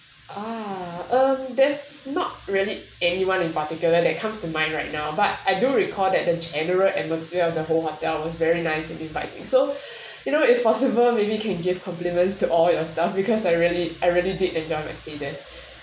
ah um that's not really anyone in particular that comes to mind right now but I do recall that the general atmosphere of the whole hotel was very nice and inviting so you know if possible maybe can give compliments to all your staff because I really I really did enjoy my stayed there